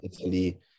Italy